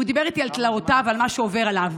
והוא דיבר איתי על תלאותיו ועל מה שעובר עליו,